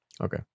okay